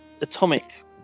atomic